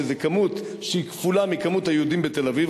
שזו כמות שהיא כפולה מכמות היהודים בתל-אביב,